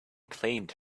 claimed